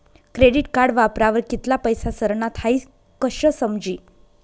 credit card वापरावर कित्ला पैसा सरनात हाई कशं समजी